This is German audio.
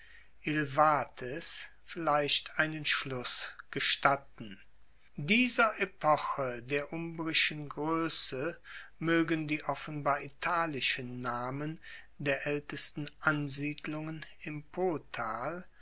einen schluss gestatten dieser epoche der umbrischen groesse moegen die offenbar italischen namen der aeltesten ansiedlungen im potal